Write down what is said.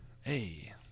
Hey